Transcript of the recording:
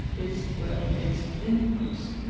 it's well, it's infamous.